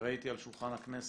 שראיתי על שולחן הכנסת,